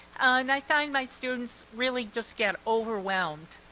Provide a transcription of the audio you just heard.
and i find my students really just get overwhelmed.